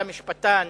אתה משפטן,